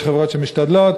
יש חברות שמשתדלות,